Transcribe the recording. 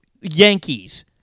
Yankees